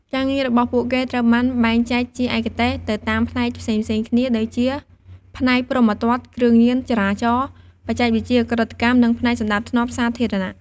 ការងាររបស់ពួកគេត្រូវបាន បែងចែកជាឯកទេស ទៅតាមផ្នែកផ្សេងៗគ្នា ដូចជាផ្នែកព្រហ្មទណ្ឌ គ្រឿងញៀន ចរាចរណ៍ បច្ចេកវិទ្យាឧក្រិដ្ឋកម្ម និងផ្នែកសណ្តាប់ធ្នាប់សាធារណៈ។